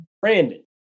Brandon